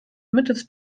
mittels